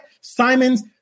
Simons